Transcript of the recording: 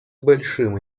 большим